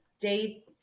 Day